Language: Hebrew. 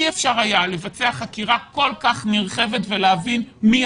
אי אפשר היה לבצע חקירה כל כך נרחבת ולהבין מי